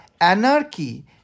anarchy